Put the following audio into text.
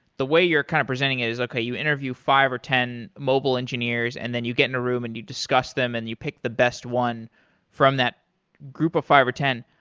the way you're kind of presenting it is okay, you interview five or ten mobile engineers and then you get in a room and you discuss them and you pick the best one from that group of five or ten.